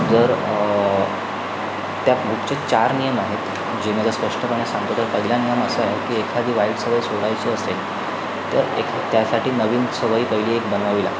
जर त्या बुकचे चार नियम आहेत जे माझ्या स्पष्टपणे सांगतो तर पहिला नियम असा आहे जर एखादी वाईट सवय सोडायची असेल तर एक त्यासाठी नवीन सवयी पहिली एक बनवावी लागते